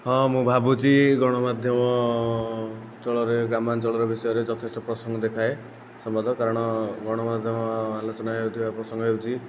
ହଁ ମୁଁ ଭାବୁଚି ଗଣମାଧ୍ୟମ ଅଞ୍ଚଳରେ ଗ୍ରାମାଞ୍ଚଳରେ ବିଷୟରେ ଯଥେଷ୍ଟ ପ୍ରସଙ୍ଗ ଦେଖାଏ ସମ୍ବାଦ କାରଣ ଗଣମାଧ୍ୟମ ଆଲୋଚନା ହେଉଥିବା ପ୍ରସଙ୍ଗ ହେଉଛି